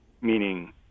meaning